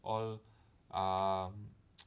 all err